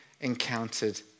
encountered